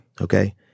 okay